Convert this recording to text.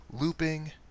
Looping